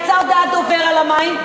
יצאה הודעת דובר על המים,